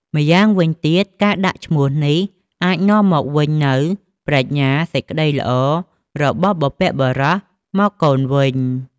ម្យ៉ាងវិញទៀត ការដាក់ឈ្មោះនេះ អាចនាំមកវិញនូវប្រាជ្ញា សេចក្ដីល្អ របស់បុព្វបុរសមកកូនវិញ។